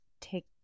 take